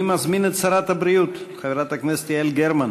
אני מזמין את שרת הבריאות חברת הכנסת יעל גרמן